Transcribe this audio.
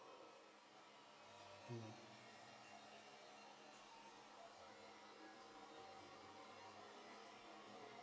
mm